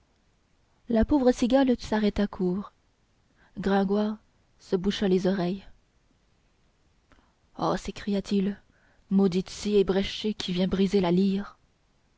la pauvre cigale s'arrêta court gringoire se boucha les oreilles oh s'écria-t-il maudite scie ébréchée qui vient briser la lyre